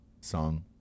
song